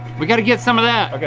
we gotta get some of that. okay